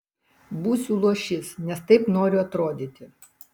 būsiu luošys nes taip noriu atrodyti